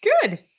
Good